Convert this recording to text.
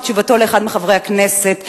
בתשובתו לאחד מחברי הכנסת,